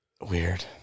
Weird